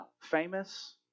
Famous